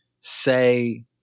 say